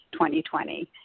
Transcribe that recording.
2020